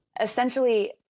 essentially